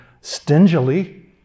stingily